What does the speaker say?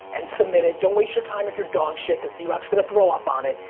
and submit it. don't waste your time if you're dog shit because d-rocks going to throw up on it.